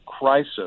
crisis